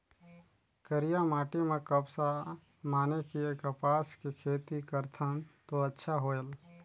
करिया माटी म कपसा माने कि कपास के खेती करथन तो अच्छा होयल?